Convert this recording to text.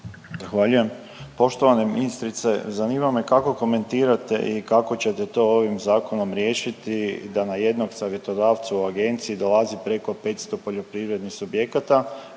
Poštovana ministrice, zanima me kako komentirate i kako ćete to ovim Zakonom riješiti, da na jednom savjetodavcu u agenciji, dolazi preko 500 poljoprivrednih subjekata,